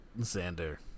Xander